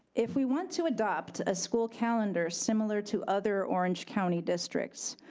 if we want to adopt a school calendar similar to other orange county districts,